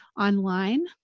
online